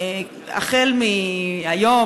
החל מהיום,